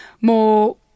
more